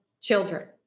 children